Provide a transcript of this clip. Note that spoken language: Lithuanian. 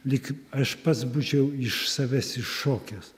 lyg aš pats būčiau iš savęs iššokęs